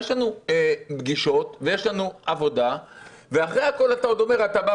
יש לנו פגישות ויש לנו עבודה ואחרי הכול אתה עוד אומר שאתה בא